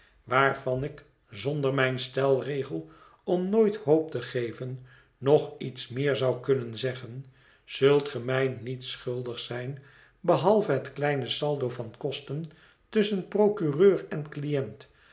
waarvan ik zonder mijn stelregel om nooit hoop te geven nog iets meer zou kunnen zeggen zult ge mij niets schuldig zijn behalve het kleine saldo van kosten tusschen procureur en cliënt